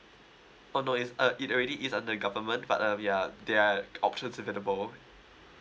oh no it's uh it already it's under the government but uh we are there are options available